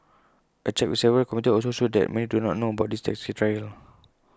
A check with several commuters also showed that many do not know about this taxi trial